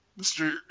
Mr